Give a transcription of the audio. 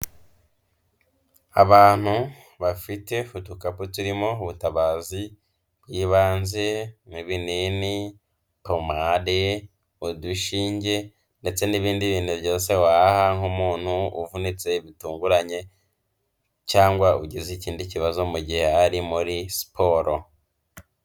Abantu bafite udukapu turimo ubutabazi bw'ibanze nk'ibinini, pomade, udushinge ndetse n'ibindi bintu byose waha nk'umuntu uvunitse bitunguranye cyangwa ugize ikindi kibazo mu gihe ari muri siporo.